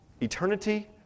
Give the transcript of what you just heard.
eternity